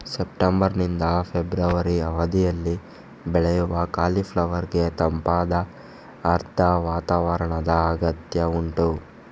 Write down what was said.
September ನಿಂದ February ಅವಧಿನಲ್ಲಿ ಬೆಳೆಯುವ ಕಾಲಿಫ್ಲವರ್ ಗೆ ತಂಪಾದ ಆರ್ದ್ರ ವಾತಾವರಣದ ಅಗತ್ಯ ಉಂಟು